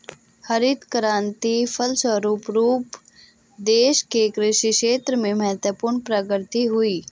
हरित क्रान्ति के फलस्व रूप देश के कृषि क्षेत्र में महत्वपूर्ण प्रगति हुई